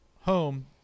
home